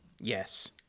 Yes